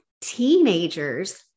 teenagers